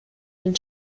den